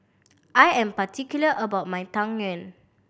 I am particular about my Tang Yuen